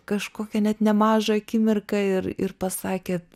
kažkokią net nemažą akimirką ir ir pasakėt